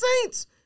Saints